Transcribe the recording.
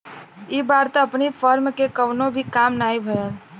इ बार त अपनी फर्म के कवनो भी काम नाही भयल